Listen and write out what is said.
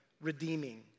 redeeming